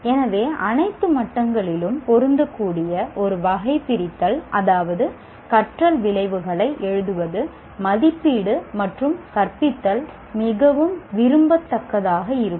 எனவே அனைத்து மட்டங்களிலும் பொருந்தக்கூடிய ஒரு வகைபிரித்தல் அதாவது கற்றல் விளைவுகளை எழுதுவது மதிப்பீடு மற்றும் கற்பித்தல் மிகவும் விரும்பத்தக்கதாக இருக்கும்